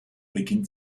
beginnt